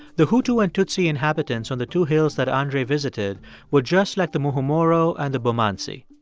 the hutu and tutsi inhabitants on the two hills that andre visited were just like the muhumuro and the bumanzi.